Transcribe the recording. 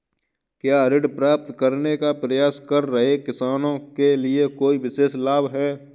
क्या ऋण प्राप्त करने का प्रयास कर रहे किसानों के लिए कोई विशेष लाभ हैं?